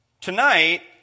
tonight